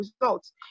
results